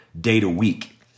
day-to-week